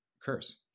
curse